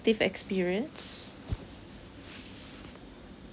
experience